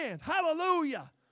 Hallelujah